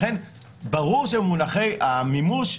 לכן ברור שבמונחי המימוש,